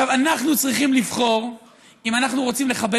אנחנו צריכים לבחור אם אנחנו רוצים לכבד